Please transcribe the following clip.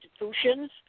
institutions